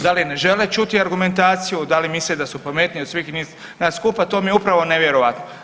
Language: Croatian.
Da li ne žele čuti argumentaciju, da li misle da su pametniji od svih nas skupa, to mi je upravo nevjerojatno.